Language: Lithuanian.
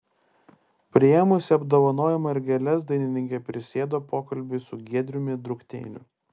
priėmusi apdovanojimą ir gėles dainininkė prisėdo pokalbiui su giedriumi drukteiniu